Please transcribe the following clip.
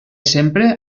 sempre